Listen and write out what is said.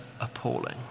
appalling